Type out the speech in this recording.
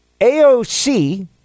AOC